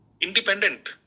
independent